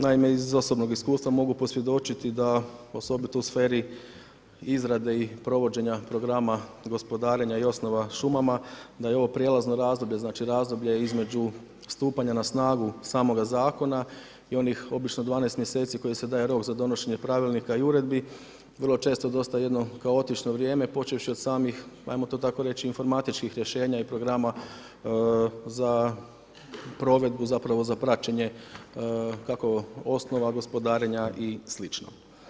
Naime iz osobnog iskustva mogu posvjedočiti da, osobito u sferi izrade i provođenja programa gospodarenja i osnova šumama da je ovo prijelazno razdoblje, razdoblje između stupanja na snagu samoga zakona i onih obično 12 mjeseci koji se daje rok za donošenje pravilnika i uredbi, vrlo često dosta jedno kaotično vrijeme, počevši od samih, ajmo to tako reći, informatičkih rješenja i programa za provedbu, zapravo za praćenje, kako osnova gospodarenja i slično.